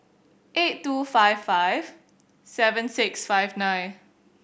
eight two five five seven six five nine